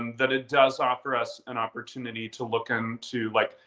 and that it does offer us an opportunity to look into like,